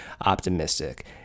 optimistic